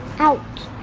out.